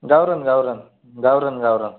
गावरान गावरान गावरान गावरान